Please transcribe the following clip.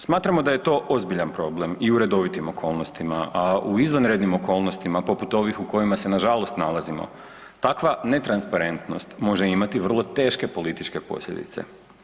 Smatramo da je to ozbiljan problem i u redovitim okolnostima, a u izvanrednim okolnostima poput ovih u kojima se nažalost nalazimo takva netransparentnost može imati vrlo teške političke posljedice.